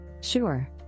Sure